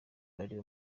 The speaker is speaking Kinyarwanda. bari